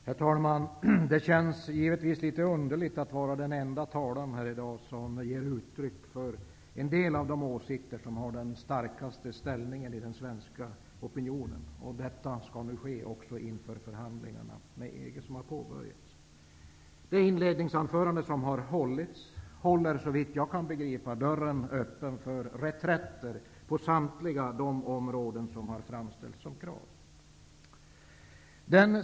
Herr talman! Det känns givetvis litet underligt att vara den enda talaren i dagens debatt som ger uttryck för en del av de åsikter som har den starkaste ställningen i den svenska opinionen. Och detta skall nu ske också inför förhandlingarna med EG som har påbörjats. Det inledningsanförande som hölls håller, såvitt jag kan begripa, dörren öppen för reträtter på samtliga de områden där krav har framförts.